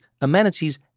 amenities